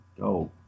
go